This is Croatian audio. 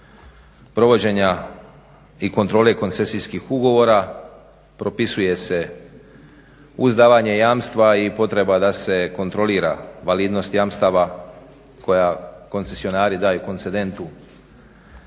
provođenja i kontrole koncesijskih ugovora, propisuje se uz davanje jamstva i potreba da se kontrolira validnost jamstava koja koncesionari daju koncidentu.